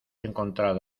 encontrado